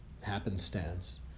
happenstance